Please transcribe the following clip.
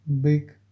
big